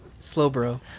Slowbro